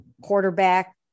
quarterback